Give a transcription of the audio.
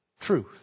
Truth